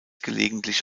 gelegentlich